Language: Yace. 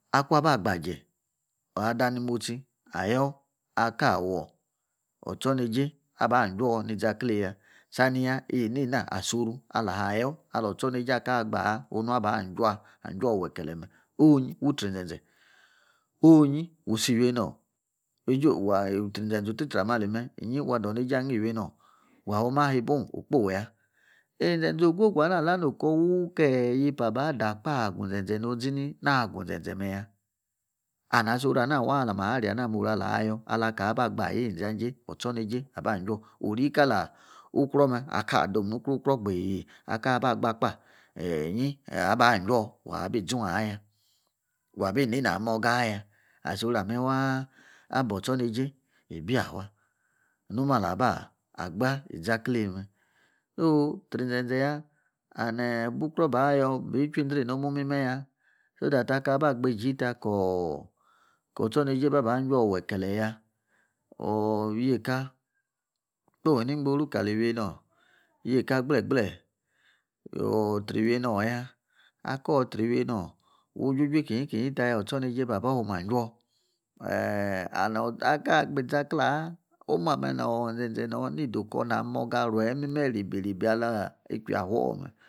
Akunwa aba gbaje ada ni motsii ayor akawor otsor neijei abaa' ajwo ni zaklee ya saniya de nie na asora alah ayor ali otsor neijei aka gbaah onu abaa anjour wekelee' me' onyi wu tsri zenze, onyi wusii iwienor wai zenze or tsri-tsri ali me' inyii wa doh nie jei angii iwienor wa yom haa ha' buan okpoi ya. Izeaze ogogu ala noko wuhn ke yepa na de kpah gu zenze nu zini na gu zenze meya and asoru ana waa ali maa ria na mme' ona' ayor unu ka'gba ayi ijanjie otsorneijei aba jour ni kalaa okrou mme; wa dome ni ku-krou gbee' akaa' gba gba kpa eh! inyi abaa ajwor wabi inzun zyia wabi inani moga a'yia aso ramme' waa' abuo ostronejie ibi yafua nomualaba agba izakloe mme oh tsri zenze ya and eh bu- krow ba yor be tchwuzri imimeya so that ka ba gba' ejii ta koo' ostronejie ba' baa' jiowr wekelee'ya or yiekah kpoi ni gboru kali iwienor yiekah gble, gble ooh! tsri iwienor ya. Ako tsri iwienor, wu juju-nkiyi, kiyi taya otstronejei ba bouma' jiour eeh! aka agbi izaklee haa' omu ameh nor zeizee nor need okor nani moga rwayi imime rebe-rebe ala yi kwiafor mme.